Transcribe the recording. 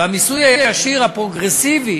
במיסוי הישיר הפרוגרסיבי